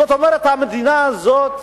זאת אומרת, המדינה הזאת,